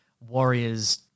warriors